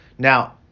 Now